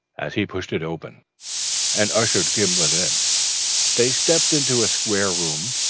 as he pushed it open and ushered gimblet in they stepped into a square room,